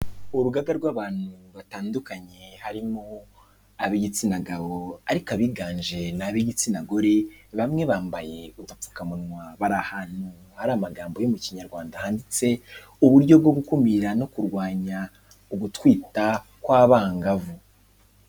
Urugaga rw'abantu batandukanye, harimo ab'igitsina gabo, ariko abiganje ni ab'igitsina gore, bamwe bambaye udupfukamunwa bari ahantu hari amagambo yo mu kinyarwanda, handitse uburyo bwo gukumira no kurwanya ugutwita kw'abangavu.